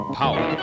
power